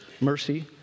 mercy